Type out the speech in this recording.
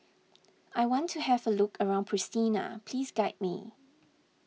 I want to have a look around Pristina please guide me